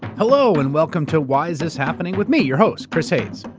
hello and welcome to why is this happening? with me, your host, chris hayes.